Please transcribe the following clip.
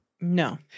No